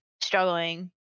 struggling